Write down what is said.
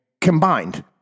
combined